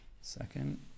Second